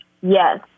Yes